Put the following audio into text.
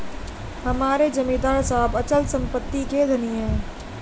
हमारे जमींदार साहब अचल संपत्ति के धनी हैं